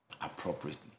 appropriately